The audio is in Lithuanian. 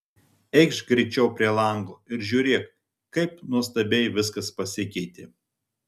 eikš greičiau prie lango ir žiūrėk kaip nuostabiai viskas pasikeitė